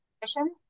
mission